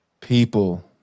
People